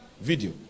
video